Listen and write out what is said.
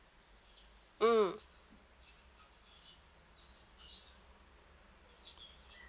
mm